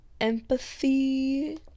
Empathy